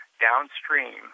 downstream